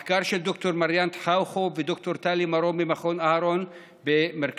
מחקר של ד"ר מריאן תחאוכו וד"ר טלי מרום ממכון אהרון במרכז